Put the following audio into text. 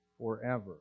forever